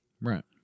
Right